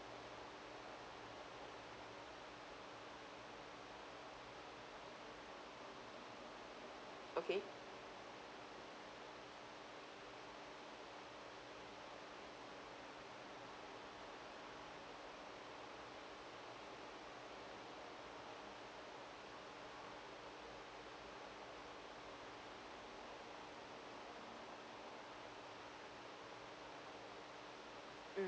okay mm